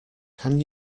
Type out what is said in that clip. can